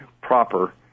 proper